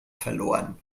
verloren